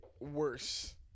worse